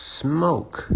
smoke